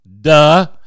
Duh